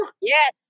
Yes